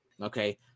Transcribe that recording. Okay